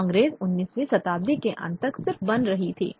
कांग्रेस 19वीं शताब्दी के अंत तक सिर्फ बन रही थी